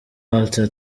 walter